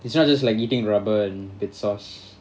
it's not just like eating rubber an~ with sauce